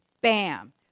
Bam